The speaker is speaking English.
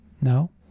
No